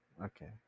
Okay